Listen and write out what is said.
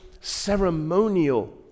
ceremonial